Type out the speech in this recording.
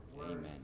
amen